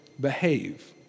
behave